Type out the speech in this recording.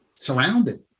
surrounded